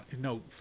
No